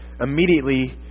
immediately